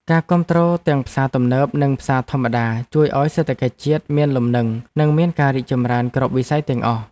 ការគាំទ្រទាំងផ្សារទំនើបនិងផ្សារធម្មតាជួយឱ្យសេដ្ឋកិច្ចជាតិមានលំនឹងនិងមានការរីកចម្រើនគ្រប់វិស័យទាំងអស់។